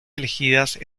elegidas